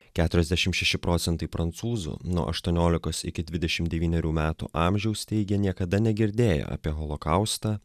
keturiasdešimt šeši procentai prancūzų nuo aštuoniolikos iki dvidešim devynerių metų amžiaus teigia niekada negirdėję apie holokaustą